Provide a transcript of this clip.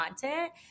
content